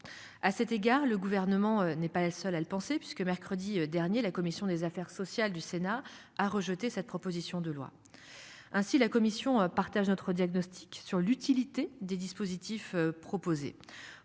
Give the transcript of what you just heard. À cet égard, le gouvernement n'est pas la seule à le penser parce que mercredi dernier, la commission des affaires sociales du Sénat a rejeté cette proposition de loi. Ainsi la Commission partagent notre diagnostic sur l'utilité des dispositifs proposés